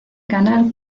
canal